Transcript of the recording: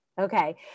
Okay